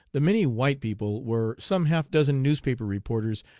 the many white people were some half-dozen newspaper reporters,